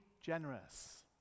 generous